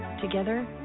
Together